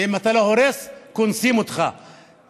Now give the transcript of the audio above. ואם אתה לא הורס קונסים אותך,